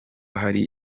hari